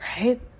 right